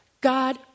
God